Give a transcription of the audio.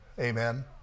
amen